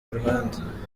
ruhande